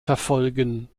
verfolgen